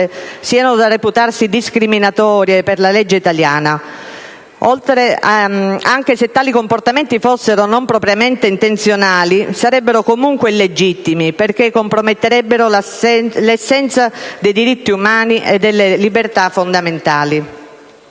siano da reputarsi discriminatorie per la legge italiana. Anche se tali comportamenti fossero non propriamente intenzionali, sarebbero comunque illegittimi, perché comprometterebbero l'essenza dei diritti umani e delle libertà fondamentali.